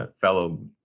fellow